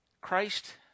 Christ